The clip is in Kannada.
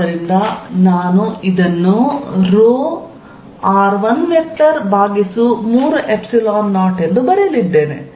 ಆದ್ದರಿಂದ ನಾನು ಇದನ್ನು r130 ಎಂದು ಬರೆಯಲಿದ್ದೇನೆ